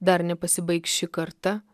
dar nepasibaigs ši karta